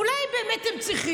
אולי הם באמת צריכים,